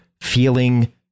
feeling